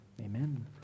amen